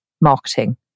marketing